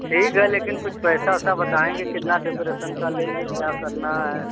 ठीक है लेकिन कुछ पैसा ओसा बताएँगे कितना डेकोरेसन का लेंगे क्या करना है